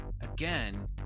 Again